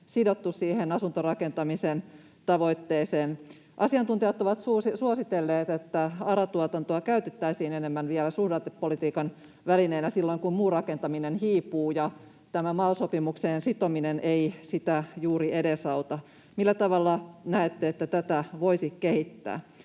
sidottu siihen asuntorakentamisen tavoitteeseen. Asiantuntijat ovat suositelleet, että ARA-tuotantoa käytettäisiin vielä enemmän suhdannepolitiikan välineenä silloin, kun muu rakentaminen hiipuu, ja tämä MAL-sopimukseen sitominen ei sitä juuri edesauta. Millä tavalla näette, että tätä voisi kehittää?